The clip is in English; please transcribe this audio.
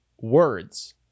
words